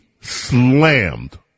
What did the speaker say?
slammed